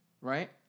right